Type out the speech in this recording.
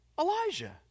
Elijah